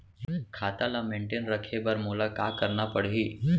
खाता ल मेनटेन रखे बर मोला का करना पड़ही?